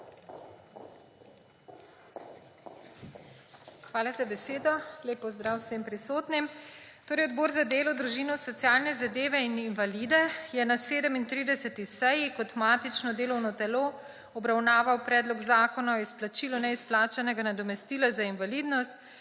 Hvala za besedo. Lep pozdrav vsem prisotnim! Odbor za delo, družino, socialne zadeve in invalide je na 37. seji kot matično delovno telo obravnaval Predlog zakona o izplačilu neizplačanega nadomestila za invalidnost,